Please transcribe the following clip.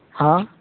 ہاں